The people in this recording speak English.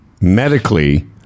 medically